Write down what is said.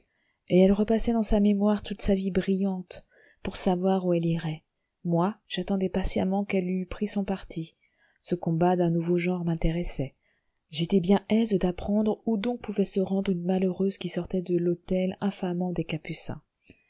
et elle repassait dans sa mémoire toute sa vie brillante pour savoir où elle irait moi j'attendais patiemment qu'elle eût pris son parti ce combat d'un nouveau genre m'intéressait j'étais bien aise d'apprendre où donc pouvait se rendre une malheureuse qui sortait de l'hôtel infamant des capucins